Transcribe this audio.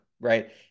right